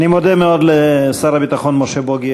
אני מודה מאוד לשר הביטחון משה בוגי